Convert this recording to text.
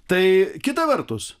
tai kita vertus